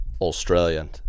australian